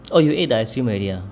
oh you ate the ice cream already ah